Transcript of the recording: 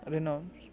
rain